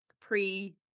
pre